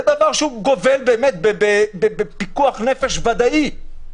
זה דבר שגובל בפיקוח נפש ודאי.